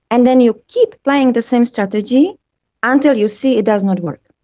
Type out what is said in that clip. and then you keep playing the same strategy until you see it does not work.